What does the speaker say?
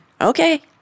Okay